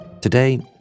Today